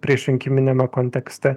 priešrinkiminiame kontekste